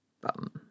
bum